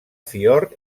fiord